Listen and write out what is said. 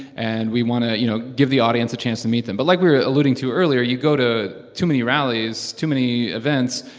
and we want to, you know, give the audience a chance to meet them. but like we were alluding to earlier, you go to too many rallies, too many events,